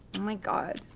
my god.